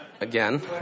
again